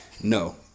No